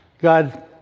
God